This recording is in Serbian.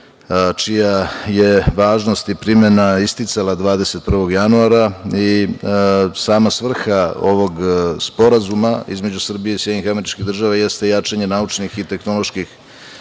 čija je važnost i primena isticala 21. januara. Sama svrha ovog Sporazuma između Srbije i SAD jeste jačanje naučnih i tehnoloških